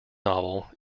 novel